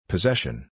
Possession